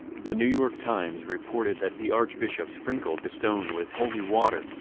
the new york times reported that the archbishop sprinkled the stone with holy water,